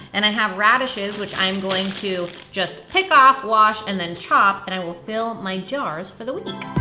and i have radishes which i'm going to just pick off, wash, and then chop, and i will fill my jars for the week.